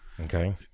Okay